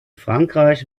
frankreich